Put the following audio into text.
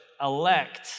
elect